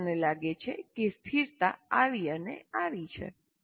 હવે મને લાગે છે કે સ્થિરતા આવી અને આવી છે